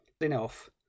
enough